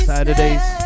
saturdays